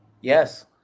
Yes